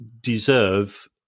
deserve